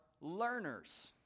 learners